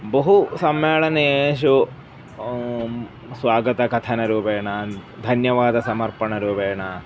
बहु सम्मेलनेषु स्वागतकथनरूपेण धन्यवादसमर्पणरूपेण